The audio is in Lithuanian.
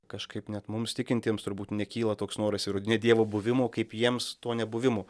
kažkaip net mums tikintiems turbūt nekyla toks noras įrodinėt dievo buvimo kaip jiems to nebuvimo